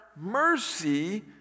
mercy